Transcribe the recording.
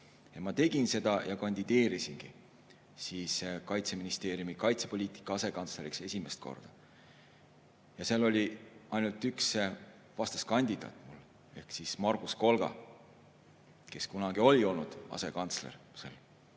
Ma tegin seda ja kandideerisingi Kaitseministeeriumi kaitsepoliitika asekantsleriks esimest korda. Ja seal oli ainult üks vastaskandidaat mul: Margus Kolga, kes kunagi oli olnud asekantsler.